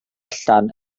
allan